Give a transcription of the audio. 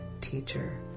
teacher